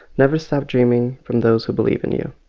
never stop dreaming. from those who believe in you.